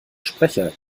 sprecher